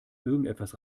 irgendetwas